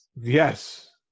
Yes